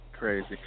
Crazy